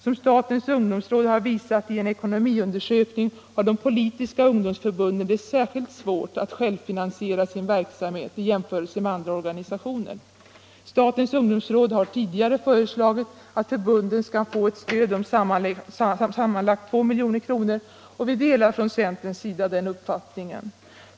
Som statens ungdomsråd har visat i en ekonomiundersökning har de politiska ungdomsförbunden det särskilt svårt att självfinansiera sin verksamhet i jämförelse med andra organisationer. Statens ungdomsråd har tidigare föreslagit att förbunden skall få ett stöd om sammanlagt 2 milj.kr., och vi delar från centerns sida den uppfattningen.